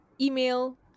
email